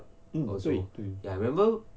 hmm 对对对